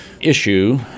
issue